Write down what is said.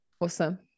Awesome